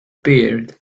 beard